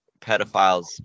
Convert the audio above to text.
pedophiles